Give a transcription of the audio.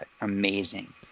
amazing